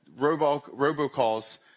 robocalls